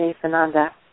Fernanda